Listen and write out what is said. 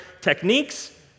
techniques